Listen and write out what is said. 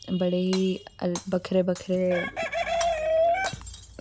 बड़ी बक्खरे बक्खरे